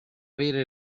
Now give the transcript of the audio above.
avere